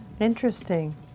Interesting